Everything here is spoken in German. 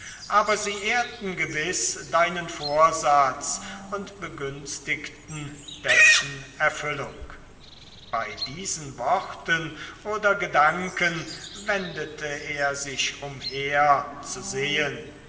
aber sie ehrten gewiß deinen vorsatz und begünstigten dessen erfüllung bei diesen worten oder gedanken wendete er sich umherzusehen da